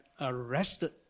arrested